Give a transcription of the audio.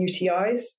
UTIs